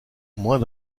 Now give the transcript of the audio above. moins